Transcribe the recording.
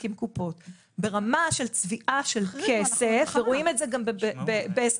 עם קופות ברמה של צביעה של כסף ורואים את זה גם בהסכמים,